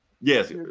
yes